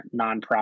nonprofit